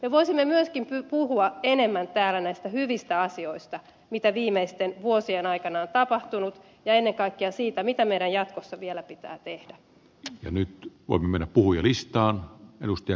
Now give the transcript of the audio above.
me voisimme myöskin puhua enemmän täällä näistä hyvistä asioista joita viimeisten vuosien aikana on tapahtunut ja ennen kaikkea siitä mitä meidän jatkossa vielä pitää tehdä jo nyt on meno puhui riistaa edusti